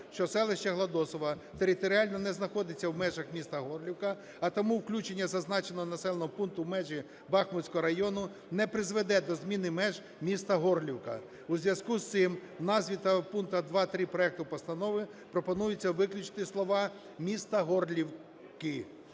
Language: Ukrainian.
що селище Гладосове територіально не знаходиться в межах міста Горлівка, а тому включення зазначеного населеного пункту в межі Бахмутського району не призведе до зміни меж міста Горлівка. У зв'язку з цим у назві та в пунктах 2-3 проекту постанови пропонується виключити слова "міста Горлівки".